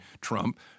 Trump